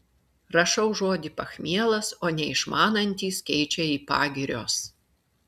rašau žodį pachmielas o neišmanantys keičia į pagirios